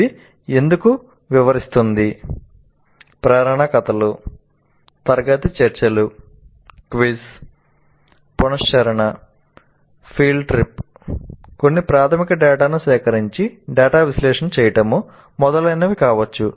ఇది "ఎందుకు వివరిస్తుంది" "ప్రేరణాత్మక కథలు" "తరగతి చర్చలు" "క్విజ్" "పునశ్చరణ" "ఫీల్డ్ ట్రిప్" "కొన్ని ప్రాథమిక డేటాను సేకరించి డేటా విశ్లేషణ చేయడం" మొదలైనవి కావచ్చు